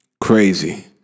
crazy